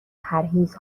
پرهیز